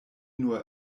nur